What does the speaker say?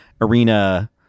arena